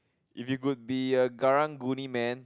if you could be a Karang-guni man